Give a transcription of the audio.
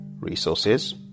resources